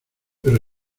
pero